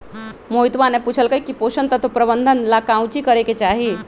मोहितवा ने पूछल कई की पोषण तत्व प्रबंधन ला काउची करे के चाहि?